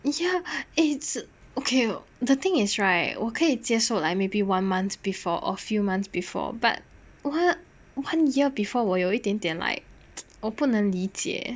ya it's okay the thing is right 我可以接受 like maybe one month before or few months before but like one year before 我有一点点我 like 不能理解